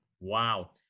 Wow